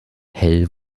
hell